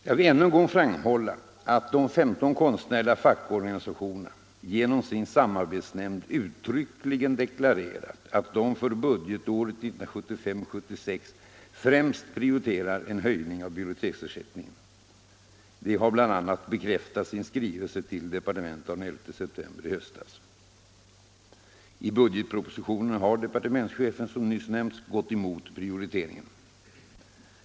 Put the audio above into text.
Jag vill ännu en gång framhålla att de 15 konstnärliga fackorganisationerna genom sin samarbetsnämnd uttryckligen deklarerat att de för budgetåret 1975/76 främst prioriterar en höjning av biblioteksersättningen. Det har bl.a. bekräftats i en skrivelse till departementet den 11 september 1974. I budgetpropositionen har departementschefen, som nyss nämnts, gått emot prioriteringen.